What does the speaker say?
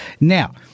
Now